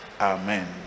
Amen